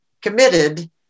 committed